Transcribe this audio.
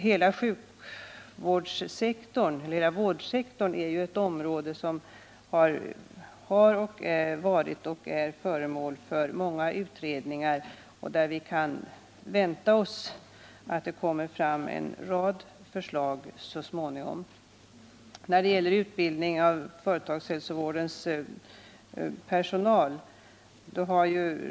Hela vårdsektorn har varit och är föremål för många utredningar, och vi kan vänta oss att det så småningom kommer en rad förslag på det området.